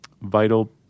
vital